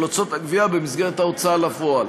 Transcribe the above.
הוצאות הגבייה במסגרת ההוצאה לפועל.